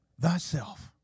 thyself